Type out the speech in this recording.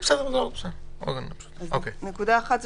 נקודה אחת,